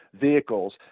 vehicles